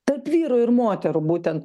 tarp vyrų ir moterų būten